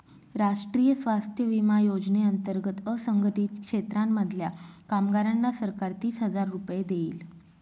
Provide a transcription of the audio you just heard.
राष्ट्रीय स्वास्थ्य विमा योजने अंतर्गत असंघटित क्षेत्रांमधल्या कामगारांना सरकार तीस हजार रुपये देईल